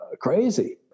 crazy